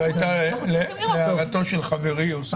אנחנו צריכים לראות ------ זו הייתה תגובה להערתו של חברי אוסאמה.